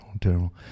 terrible